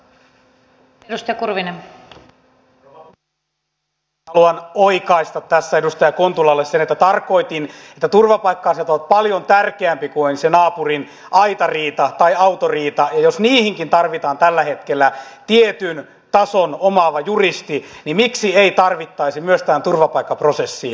lyhyesti haluan oikaista tässä edustaja kontulalle sen että tarkoitin että turvapaikka asiat ovat paljon tärkeämpiä kuin se naapurin aitariita tai autoriita ja jos niihinkin tarvitaan tällä hetkellä tietyn tason omaava juristi niin miksi ei tarvittaisi myös tähän turvapaikkaprosessiin